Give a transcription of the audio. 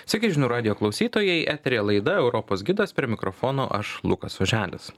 sveiki žinių radijo klausytojai eteryje laida europos gidas prie mikrofono aš lukas oželis